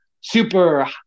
super